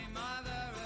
mother